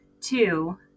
Two